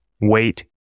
wait